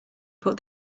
put